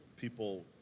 people